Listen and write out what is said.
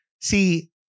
see